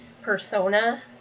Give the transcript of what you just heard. persona